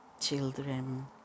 children